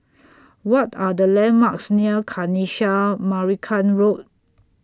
What Are The landmarks near Kanisha Marican Road